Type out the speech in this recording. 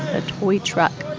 a toy truck